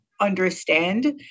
understand